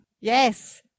Yes